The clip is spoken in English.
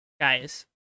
guys